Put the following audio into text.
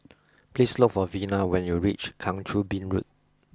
please look for Vina when you reach Kang Choo Bin Road